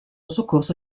soccorso